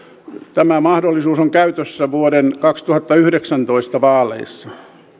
tämä mahdollisuus on käytössä vuoden kaksituhattayhdeksäntoista vaaleissa